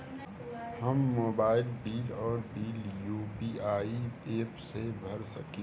हम mobile bill और bill UPI app से भर सकिला